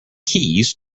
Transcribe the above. keys